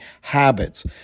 habits